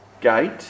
Gate